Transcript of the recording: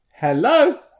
Hello